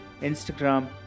Instagram